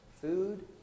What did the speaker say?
food